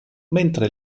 mentre